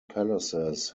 palaces